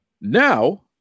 Now